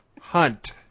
Hunt